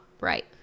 right